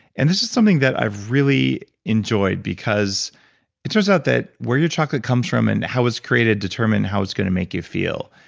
and this is something that i've really enjoyed, because it turns out that where your chocolate comes from, and how it was created determine how it's going to make you feel.